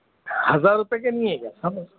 ہزار روپے کے نہیں ہے کیا اچھا میں